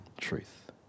truth